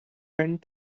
went